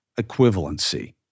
equivalency